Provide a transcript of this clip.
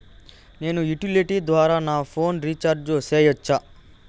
నేను యుటిలిటీ ద్వారా నా ఫోను రీచార్జి సేయొచ్చా?